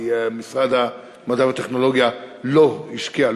כי משרד המדע והטכנולוגיה לא השקיע,